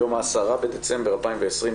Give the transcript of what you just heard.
היום 10 בדצמבר 2020,